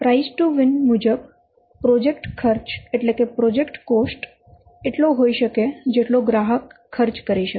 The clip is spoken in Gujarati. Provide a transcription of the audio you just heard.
પ્રાઈઝ ટુ વીન મુજબ પ્રોજેક્ટ ખર્ચ એટલો હોય શકે જેટલો ગ્રાહક ખર્ચ કરી શકે